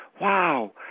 wow